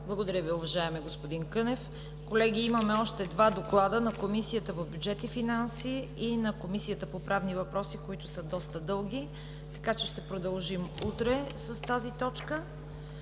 Благодаря Ви, уважаеми господин Кънев. Колеги, имаме още два доклада – на Комисията по бюджет и финанси и на Комисията по правни въпроси, които са доста дълги. Така че ще продължим утре с тази точка.